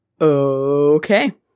Okay